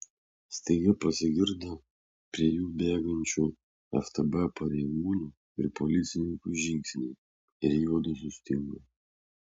staiga pasigirdo prie jų bėgančių ftb pareigūnų ir policininkų žingsniai ir juodu sustingo